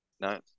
No